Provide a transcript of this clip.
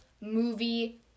movie